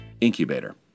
Incubator